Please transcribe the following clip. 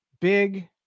big